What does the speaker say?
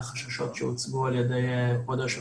כל הגשר הזה הוא בעצם קומפלקס אחד כדי לא לפגוע במבנה ההרודיאני.